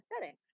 setting